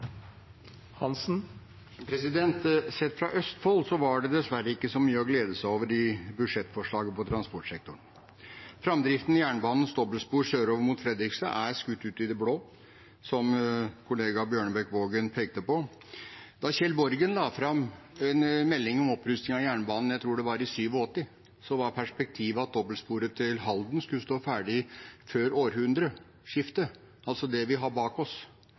Sett fra Østfold var det dessverre ikke så mye å glede seg over i budsjettforslaget på transportsektoren. Framdriften i jernbanens dobbeltspor sørover mot Fredrikstad er skutt ut i det blå, som kollega Bjørnebekk-Waagen pekte på. Da Kjell Borgen la fram en melding om opprustning av jernbanen – jeg tror det var i 1987 – var perspektivet at dobbeltsporet til Halden skulle stå ferdig før århundreskiftet, altså det vi har bak oss,